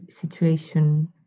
situation